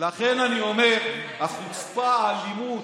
לכן אני אומר: החוצפה, האלימות,